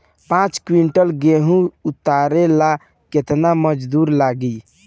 पांच किविंटल गेहूं उतारे ला केतना मजदूर लागी?